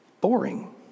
boring